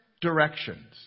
directions